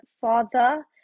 father